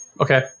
Okay